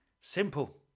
Simple